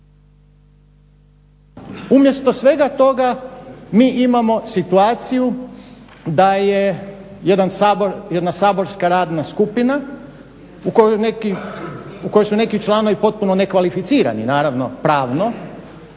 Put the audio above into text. umjesto svega toga mi imamo situaciju da je jedna saborska radna skupina u kojoj su neki članovi potpuno nekvalificirani, naravno pravno,